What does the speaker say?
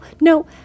no